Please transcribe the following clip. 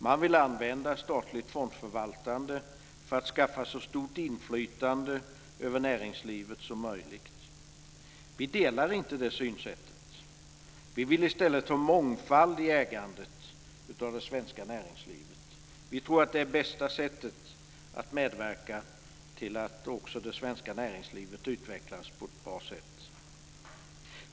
Man vill använda statligt fondförvaltande för att skaffa sig så stort inflytande över näringslivet som möjligt. Vi delar inte det synsättet. Vi vill i stället ha mångfald i ägandet av det svenska näringslivet. Vi tror att det är det bästa sättet att medverka till att också det svenska näringslivet utvecklas på ett bra sätt.